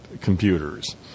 computers